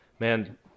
Man